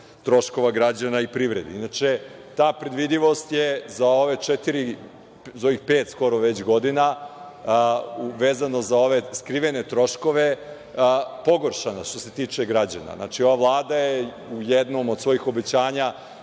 troškova građana i privredi. Inače, ta predvidljivost je za ovih četiri, skoro već pet godina, vezano za ove skrivene troškove, pogoršana, što se tiče građana. Znači, ova Vlada je u jednom od svojih obećanja